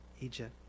Egypt